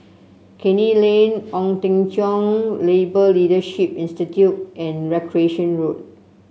Canning Lane Ong Teng Cheong Labour Leadership Institute and Recreation Road